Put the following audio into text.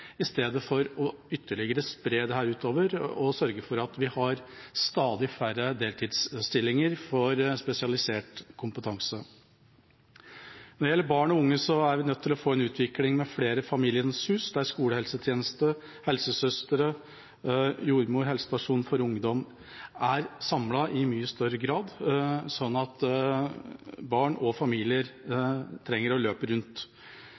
i stedet for ytterligere å spre dette utover, og å sørge for at vi har stadig færre deltidsstillinger for spesialisert kompetanse. Når det gjelder barn og unge, er vi nødt til å få en utvikling med flere Familiens hus, der skolehelsetjenesten, helsesøstre, jordmor og helsestasjon for ungdom er samlet i mye større grad, slik at barn og familier ikke trenger å løpe rundt.